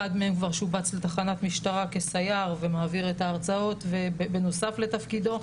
אחד מהם כבר שובץ לתחנת משטרה כסייר ומעביר את ההרצאות בנוסף לתפקידו.